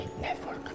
Network